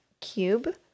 cube